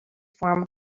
form